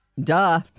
Duh